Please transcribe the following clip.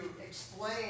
explain